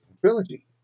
trilogy